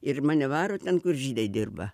ir mane varo ten kur žydai dirba